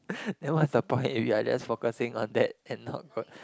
then what's the point if you are just focusing on that and not